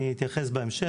אני אתייחס בהמשך.